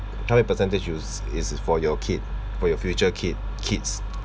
how many percentage you use is for your kid for your future kid kids